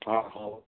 हॅं हेलो